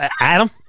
Adam